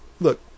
Look